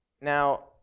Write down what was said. Now